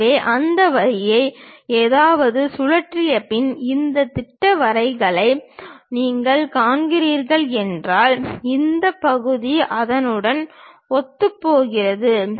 எனவே அந்த வரியை எதையாவது சுற்றிய பின் இந்த திட்ட வரிகளை நீங்கள் காண்கிறீர்கள் என்றால் இந்த பகுதி அதனுடன் ஒத்துப்போகிறது